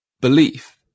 belief